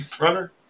runner